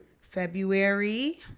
February